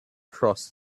cross